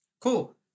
cool